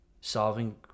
solving